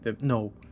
no